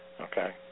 okay